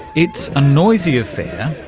it's a noisy affair,